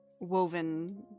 Woven